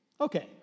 Okay